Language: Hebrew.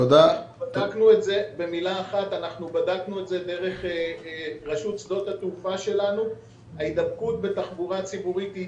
בדקנו את זה דרך רשות שדות התעופה שלנו וההידבקות בתחבורה הציבורית היא